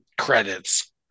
credits